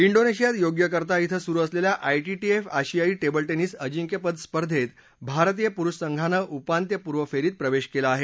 इंडोनेशियात योग्यकर्ता इथं सुरू असलेल्या आयटीटीएफ आशियायी टेबल टेनिस अजिंक्यपद स्पर्धेत भारतीय पुरुष संघानं उपांत्यपूर्व फेरीत प्रवेश केला आहे